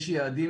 יש יעדים,